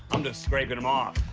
i'm just scraping em off.